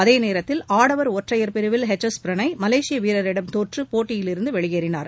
அதேநேரத்தில் ஆடவா் ஒற்றையா் பிரிவில் எச் எஸ் பிரணாப் மலேசிய வீரரிடம் தோற்று போட்டியிலிருந்து வெளியேறினார்